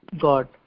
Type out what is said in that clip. God